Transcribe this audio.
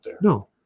no